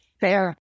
fair